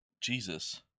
jesus